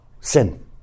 Sin